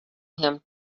him